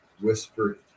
whispered